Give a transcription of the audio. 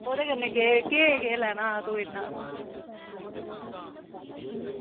ओह्दे कन्नै केह् केह् लैना हा ते इन्ना